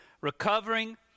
Recovering